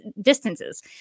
distances